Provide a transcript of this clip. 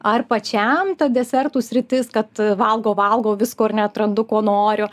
ar pačiam ta desertų sritis kad valgau valgau visko ir neatrandu ko noriu